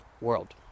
world